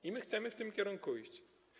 I my chcemy w tym kierunku iść.